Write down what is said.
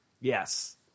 yes